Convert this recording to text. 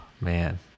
man